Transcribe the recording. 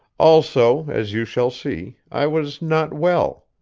also, as you shall see, i was not well.